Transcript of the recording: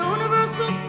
Universal